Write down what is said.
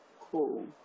Cool